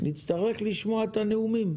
נצטרך לשמוע את הנאומים.